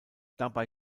dabei